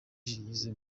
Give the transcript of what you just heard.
yize